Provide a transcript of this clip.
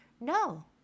No